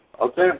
Okay